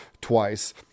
twice